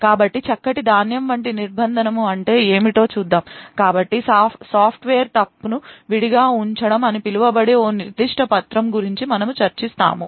కాబట్టి చక్కటి ధాన్యం వంటి నిర్బంధానము అంటే ఏమిటో చూద్దాం కాబట్టి సాఫ్ట్వేర్ తప్పును విడిగా ఉంచడం అని పిలువబడే ఒక నిర్దిష్ట పత్రము గురించి మనము చర్చిస్తాము